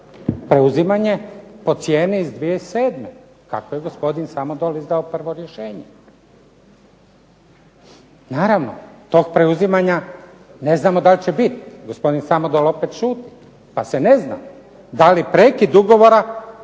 preuzimanje po cijeni iz 2007. kako je gospodin Samodol izdao prvo rješenje. Naravno tog preuzimanja ne znamo da li će biti. Gospodin Samodol opet šuti pa se ne zna da li prekid ugovora